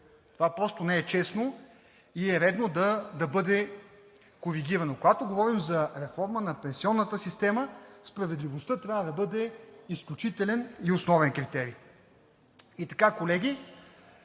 Това просто не е честно и е редно да бъде коригирано. Когато говорим за реформа на пенсионната система, справедливостта трябва да бъде изключителен и основен критерий. Колеги,